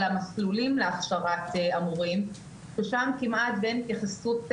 המסלולים להכשרת המורים ושם כמעט ואין התייחסות משמעותית,